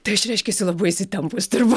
tai aš reiškiasi labai įsitempus turbūt